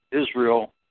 Israel